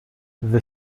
the